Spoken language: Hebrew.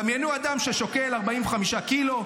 דמיינו אדם ששוקל 45 קילו,